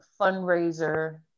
fundraiser